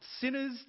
sinners